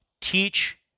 Teach